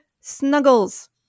snuggles